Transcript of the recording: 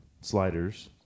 sliders